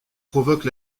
provoquent